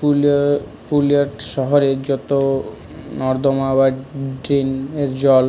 পুরুলিয়া পুরুলিয়া শহরের যতো নর্দমা বা ড্রেনের জল